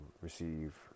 receive